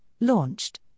launched